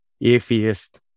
atheist